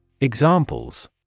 Examples